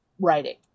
writing